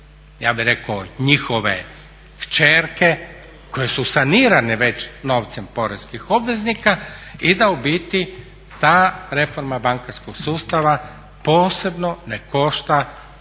ja bih rekao njihove kćerke koje su sanirane već novcem poreznih obveznika i da u biti ta reforma bankarskog sustava posebno ne košta